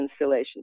installation